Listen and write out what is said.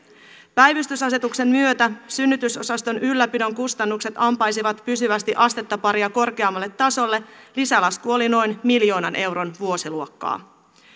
päivystysasetuksen myötä synnytysosaston ylläpidon kustannukset ampaisivat pysyvästi astetta paria korkeammalle tasolle lisälasku oli noin miljoonan euron vuosiluokkaa